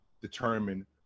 determine